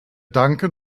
danken